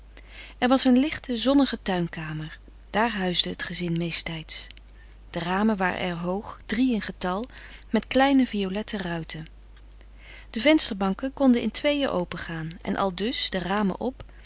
er was een lichte zonnige tuinkamer daar huisde het gezin meesttijds de ramen waren er hoog drie in getal met kleine violette ruiten de vensterbanken konden in tweeën opengaan en aldus de ramen op